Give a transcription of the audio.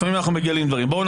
לפעמים אנחנו מגלים דברים.